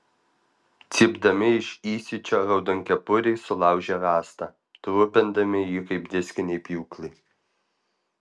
cypdami iš įsiūčio raudonkepuriai sulaužė rąstą trupindami jį kaip diskiniai pjūklai